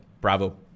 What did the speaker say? Bravo